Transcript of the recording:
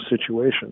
situation